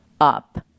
up